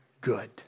good